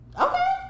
Okay